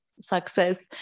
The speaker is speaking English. success